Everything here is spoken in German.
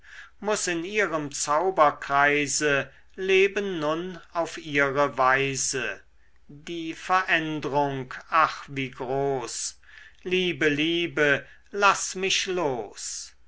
muß in ihrem zauberkreise leben nun auf ihre weise die verändrung ach wie groß liebe liebe laß mich los